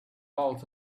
out